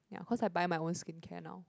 ya cause I buy my own skincare now